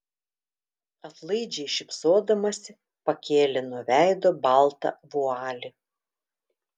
atlaidžiai šypsodamasi pakėlė nuo veido baltą vualį